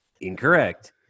incorrect